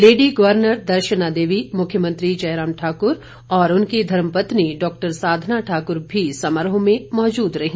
lady governor Darshana Devi मुख्यमंत्री जयराम ठाकुर और उनकी धर्मपत्नी डॉक्टर साधना ठाकुर भी समारोह में मौजूद रहीं